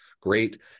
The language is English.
Great